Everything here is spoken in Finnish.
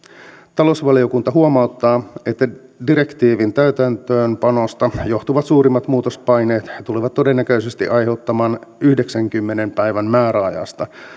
talousvaliokunta huomauttaa että direktiivin täytäntöönpanosta johtuvat suurimmat muutospaineet tulevat todennäköisesti aiheutumaan yhdeksänkymmenen päivän määräajasta